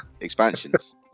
expansions